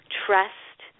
trust